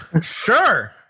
sure